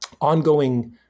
ongoing